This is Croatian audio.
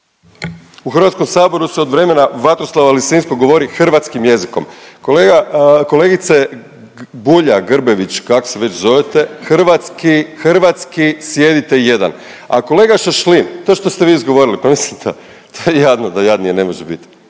U Hrvatskom saboru se od vremena Vatroslava Lisinskog govori hrvatskim jezikom. Kolega, kolegice Bulja-Grbović, kak se već zovete, hrvatski, hrvatski sjedite jedan. A kolega Šašlin, to što ste vi izgovorili, pa mislim to, to je jadno da jadnije ne može bit,